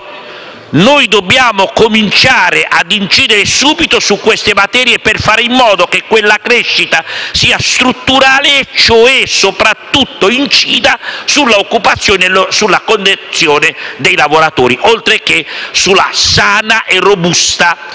Noi dobbiamo cominciare ad incidere subito su queste materie per fare in modo che quella crescita sia strutturale e quindi incida soprattutto sull'occupazione e sulla condizione dei lavoratori, oltre che su una sana e robusta situazione